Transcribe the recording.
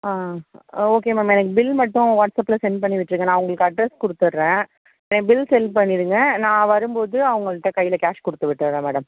ஆ okay ma'am எனக்கு bill மட்டும் வாட்ஸ்அப்பில் சென்ட் பண்ணிவிட்டுருங்க நான் உங்களுக்கு அட்ரஸ் கொடுத்துறேன் பில் சென்ட் பண்ணிடுங்க நான் வரும்போது அவங்கள்ட்ட கையில் கேஷ் கொடுத்து விட்டுடறேன் மேடம்